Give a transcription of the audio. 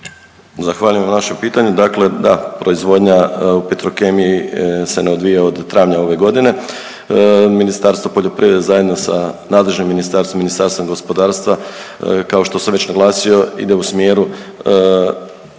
Zahvaljujem na vašem pitanju. Dakle da proizvodnja u Petrokemiji se ne odvija od travnja ove godine. Ministarstvo poljoprivrede zajedno sa nadležnim ministarstvom, Ministarstvom gospodarstva, kao što sam već naglasio ide u smjeru